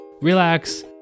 relax